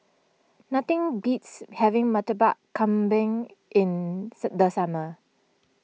nothing beats having Murtabak Kambing in the summer